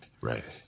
Right